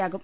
യാകും